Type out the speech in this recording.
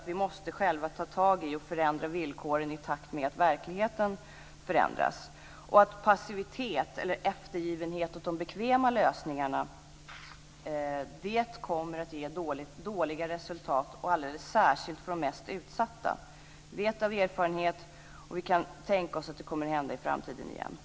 Vi måste själva ta tag i och förändra villkoren i takt med att verkligheten förändras. Passivitet eller eftergivenhet åt de bekväma lösningarna kommer att ge dåliga resultat - alldeles särskilt för de mest utsatta. Vi vet det av erfarenhet, och vi kan tänka oss att det kommer att hända i framtiden igen.